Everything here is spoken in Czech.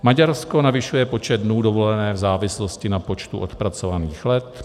Maďarsko navyšuje počet dnů dovolené v závislosti na počtu odpracovaných let.